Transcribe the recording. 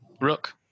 Rook